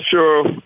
sure